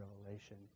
revelation